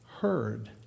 heard